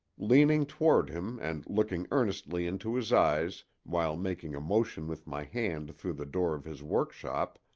leaning toward him and looking earnestly into his eyes while making a motion with my hand through the door of his workshop,